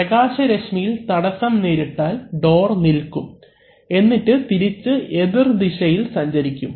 പ്രകാശ രശ്മിയിൽ തടസ്സം നേരിട്ടാൽ ഡോർ നിൽക്കും എന്നിട്ട് തിരിച്ച് എതിർദിശയിൽ സഞ്ചരിക്കും